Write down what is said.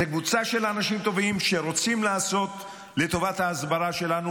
זו קבוצה של אנשים טובים שרוצים לעשות לטובת ההסברה שלנו,